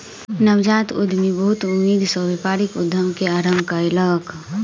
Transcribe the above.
नवजात उद्यमी बहुत उमेद सॅ व्यापारिक उद्यम के आरम्भ कयलक